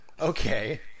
Okay